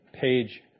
page